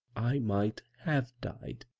might have died.